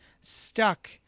stuck